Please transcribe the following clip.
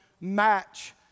match